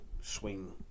swing